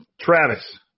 Travis